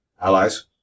allies